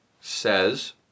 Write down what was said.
says